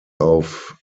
auf